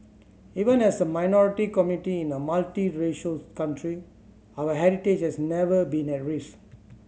even as a minority community in a multiracial country our heritage has never been at risk